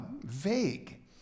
vague